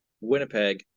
Winnipeg